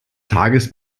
tages